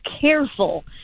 careful